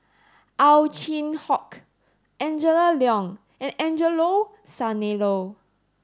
Ow Chin Hock Angela Liong and Angelo Sanelli